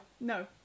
No